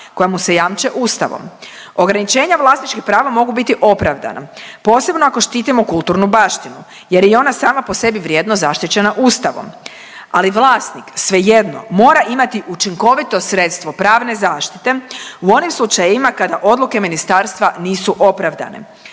koja mu se jamče ustavom. Ograničenja vlasničkih prava mogu biti opravdana, posebno ako štitimo kulturnu baštinu jer je i ona sama po sebi vrijedno zaštićena ustavom, ali vlasnik svejedno mora imati učinkovito sredstvo pravne zaštite u onim slučajevima kada odluke ministarstva nisu opravdane.